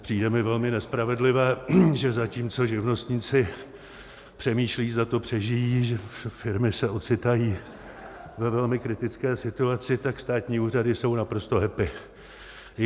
Přijde mi velmi nespravedlivé, že zatímco živnostníci přemýšlejí, zda to přežijí, firmy se ocitají ve velmi kritické situaci, tak státní úřady jsou naprosto happy.